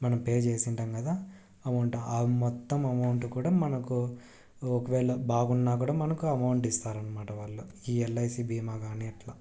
మనం పే చేసింటాము కదా అమౌంట్ ఆ మొత్తం అమౌంట్ కూడా మనకు ఒకవేళ బాగున్నా కూడా మనకు అమౌంట్ ఇస్తారన్నమాట ఈ ఎల్ఐసి భీమా కానీ అట్లా